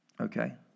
Okay